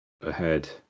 ahead